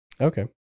Okay